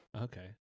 Okay